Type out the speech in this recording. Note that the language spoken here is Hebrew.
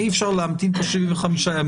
אי אפשר להמתין את 75 הימים.